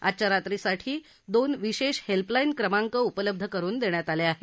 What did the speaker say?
आजच्या रात्रीसाठी दोन विशेष हेल्पलाईन क्रमांक उपलब्ध करुन देण्यात आले आहेत